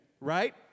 right